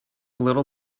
little